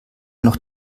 noch